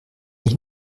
ich